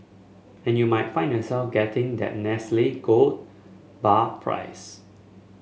and you might find yourself getting that Nestle gold bar prize